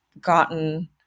gotten